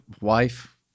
wife